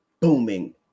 booming